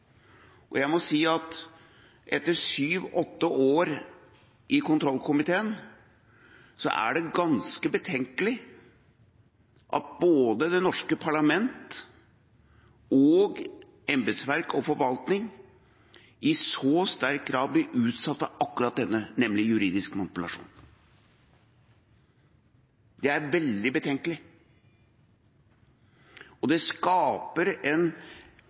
Jeg må si, etter sju–åtte år i kontrollkomiteen, at det er ganske betenkelig at både det norske parlamentet, embetsverket og forvaltningen i så sterk grad blir utsatt for akkurat denne juridiske manipulasjonen. Det er veldig betenkelig, og det skaper en